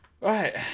Right